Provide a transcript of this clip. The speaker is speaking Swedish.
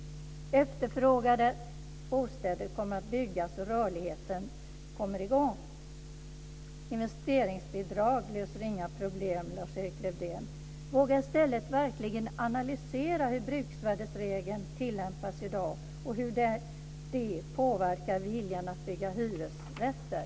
Efterfrågade bostäder kommer att byggas och rörligheten kommer i gång. Investeringsbidrag löser inga problem, Lars-Erik Lövdén! Våga i stället verkligen analysera hur bruksvärdesregeln tillämpas i dag och hur det påverkar viljan att bygga hyresrätter!